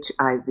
HIV